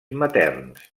materns